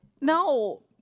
No